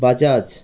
Bajaj